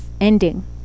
ending